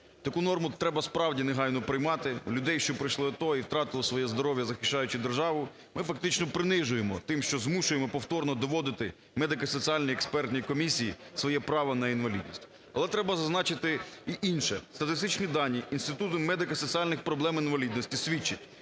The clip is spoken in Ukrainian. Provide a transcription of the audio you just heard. Таку норму треба, справді, негайно приймати. Людей, що пройшли АТО і втратили своє здоров'я, захищаючи державу, ми фактично принижуємо тим, що змушуємо повторно доводити медико-соціальній експертній комісії своє право на інвалідність. Але треба зазначити і інше. Статистичні дані Інституту медико-соціальних проблем інвалідності свідчать,